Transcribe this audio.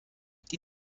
die